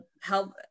help